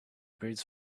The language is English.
breathes